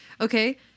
okay